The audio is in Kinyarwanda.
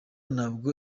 ntabwo